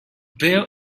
bill